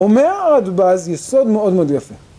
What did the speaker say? אומר הרדב"ז יסוד מאוד מאוד יפה